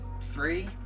three